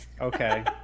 Okay